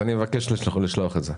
אני מבקש לשלוח את זה.